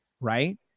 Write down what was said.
Right